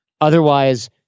Otherwise